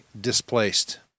displaced